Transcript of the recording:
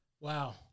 Wow